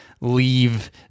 leave